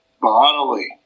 bodily